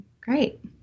Great